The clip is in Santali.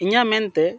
ᱤᱧᱟᱹᱜ ᱢᱮᱱᱛᱮ